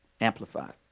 amplified